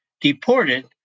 deported